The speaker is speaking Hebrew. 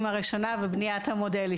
הראשונה ובבניית המודלים של התוכנית.